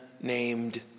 named